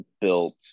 built